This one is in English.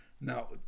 Now